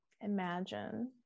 Imagine